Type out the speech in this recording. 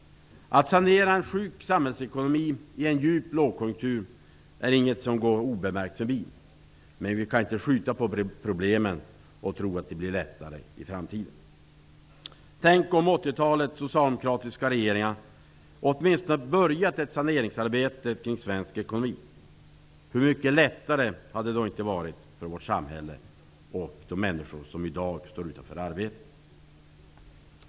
Att sanera en sjuk samhällsekonomi i en djup lågkonjunktur går inte oförmärkt förbi. Men vi kan inte skjuta på problemen och tro att det blir lättare i framtiden. Tänk om 80-talets socialdemokratiska regeringar åtminstone hade påbörjat saneringsarbetet kring svensk ekonomi! Hur mycket lättare hade det då inte varit för vårt samhälle och de människor som i dag står utan arbete?